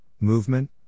movement